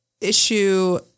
issue